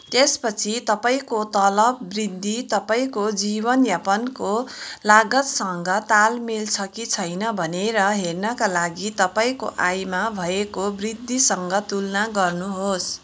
त्यसपछि तपाईँँको तलब वृद्धि तपाईँँको जीवनयापनको लागतसँग तालमेलमा छ कि छैन भनेर हेर्नका लागि तपाईँँको आयमा भएको वृद्धिसँग तुलना गर्नुहोस्